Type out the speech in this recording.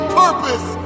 purpose